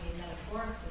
Metaphorically